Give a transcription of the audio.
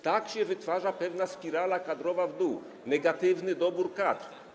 Tak się wytwarza pewna spirala kadrowa w dół, negatywny dobór kadr.